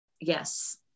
yes